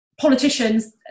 Politicians